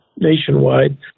nationwide